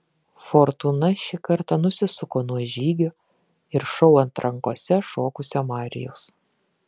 fortūna šį kartą nusisuko nuo žygio ir šou atrankose šokusio marijaus